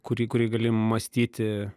kurį kurį gali mąstyti